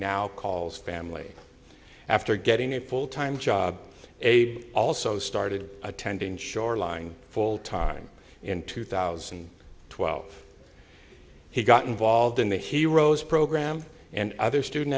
now calls family after getting a full time job aide also started attending shoreline full time in two thousand and twelve he got involved in the heroes program and other student